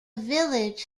village